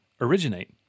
originate